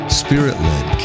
spirit-led